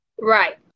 Right